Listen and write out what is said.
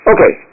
Okay